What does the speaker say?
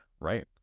right